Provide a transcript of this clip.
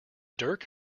dirk